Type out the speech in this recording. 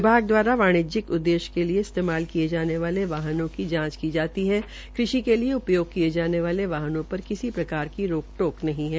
विभाग द्वारा वाणिज्यिक उद्देश्य के लिए इस्तेमाल किये जाने वाले वाहनों की जांच की जाती है कृषि के लिए उपयोग किये जाने वाले वाहनों पर किसी प्रकार की रोक टोक नहीं है